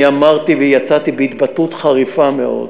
אני אמרתי ויצאתי בהתבטאות חריפה מאוד,